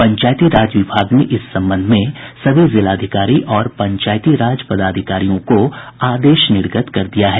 पंचायती राज विभाग ने इस संबंध में सभी जिलाधिकारी और पंचायती राज पदाधिकारियों को आदेश निर्गत कर दिया है